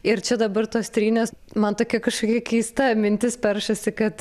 ir čia dabar tos trynės man tokia kažkokia keista mintis peršasi kad